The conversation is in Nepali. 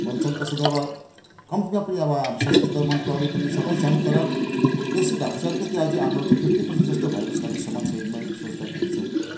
भन्छन् कसैले अब कम्तीमा पनि अब हाम्रो संस्कृतिलाई मनपराउने पनि सबै छन् तर बेसी भाग चाहिँ अलिकति अझै हाम्रो चाहिँ फिफ्टी पर्सेन्ट जस्तो भएको छ देशमा मान्छे मैले सोच्दाखेरि चाहिँ